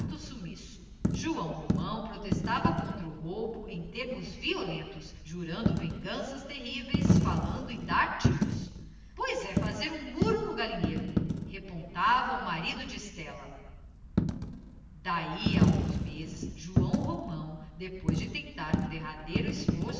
sumiço joão romão protestava contra o roubo em termos violentos jurando vinganças terríveis falando em dar tiros pois é fazer um muro no galinheiro repontava o marido de estela daí a alguns meses joão romão depois de tentar um derradeiro